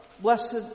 blessed